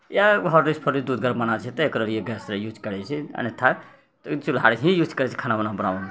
या हॉर्लिक्स तोरलिक्स दूध गरमाना छै तकरालिए गैसके यूज करै छिए अन्यथा चूल्हा ही यूज करै छिए खाना बनाबैमे